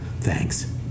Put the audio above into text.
Thanks